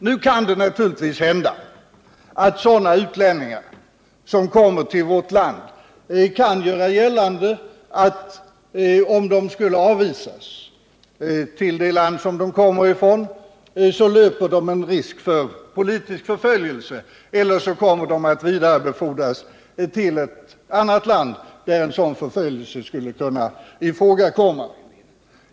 Nu kan det naturligtvis hända att en sådan utlänning, som kommer till vårt land, kan göra gällande att om han skulle avvisas till det land han kommer ifrån så löper han risk för politisk förföljelse eller kommer att vidarebefordras till ett land där sådan förföljelse skulle kunna ifrågakomma.